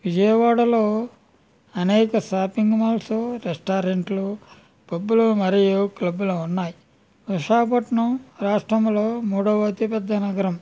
విజయవాడలో అనేక shopping malls రెస్టారెంట్లు పబ్బులు మరియు క్లబ్బులు ఉన్నాయి విశాఖపట్నం రాష్ట్రంలో మూడవ అతి పెద్ద నగరం